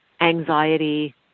anxiety